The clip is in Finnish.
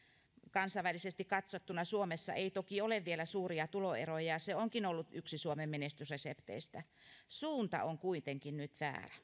kansainvälisesti katsottuna suomessa ei toki ole vielä suuria tuloeroja ja se onkin ollut yksi suomen menestysresepteistä suunta on kuitenkin nyt